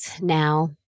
now